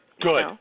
Good